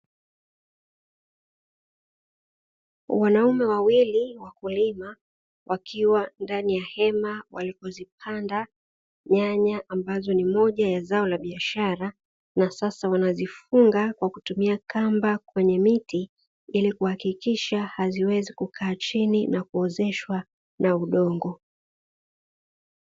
Wakulima wawili wakiwa ndani ya hema walipozipanda nyanya ambazo ni moja ya zao la biashara, na sasa wanazifunga kwa kutumia kamba kwenye miti ili kuhakikisha haziwezi kukaa chini na kuozeshwa na udongo.